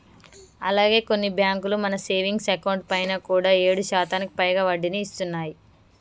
అలాగే కొన్ని బ్యాంకులు మన సేవింగ్స్ అకౌంట్ పైన కూడా ఏడు శాతానికి పైగా వడ్డీని ఇస్తున్నాయి